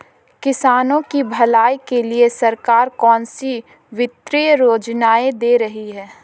किसानों की भलाई के लिए सरकार कौनसी वित्तीय योजना दे रही है?